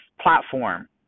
platform